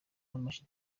amashami